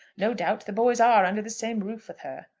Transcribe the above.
no doubt the boys are under the same roof with her.